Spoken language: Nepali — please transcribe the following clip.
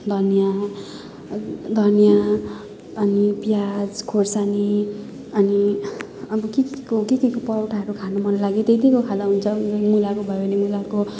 धनियाँ धनियाँ अनि प्याज खोर्सानी अनि अब के केको के केको परठाहरू खानु मन लाग्यो त्यही त्यहीको खाँदा हुन्छ मुलाको भयो भने मुलाको